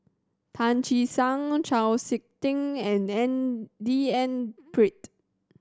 Tan Che Sang Chau Sik Ting and N D N Pritt